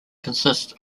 consists